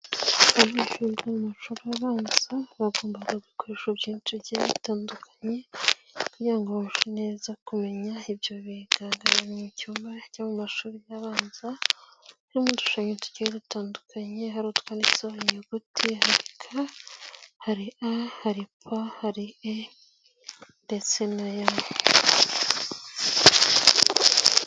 Abanyeshuri biga mu mashuri abanza bagombaga gukoreshwa byinshi byari bitandukanye, kugira bumve neza kumenya ibyo biga biri mu cyumba cy'amashuri abanza n'udushangi dutandukanye, hari utwanditseho inyuguti, hari k, hari a, hari p, ndetse na e.